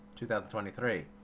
2023